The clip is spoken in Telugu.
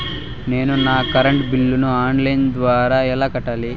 నేను నా కరెంటు బిల్లును ఆన్ లైను ద్వారా ఎలా కట్టాలి?